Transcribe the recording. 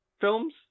films